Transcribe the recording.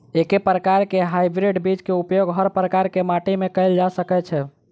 एके प्रकार केँ हाइब्रिड बीज केँ उपयोग हर प्रकार केँ माटि मे कैल जा सकय छै?